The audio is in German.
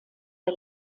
der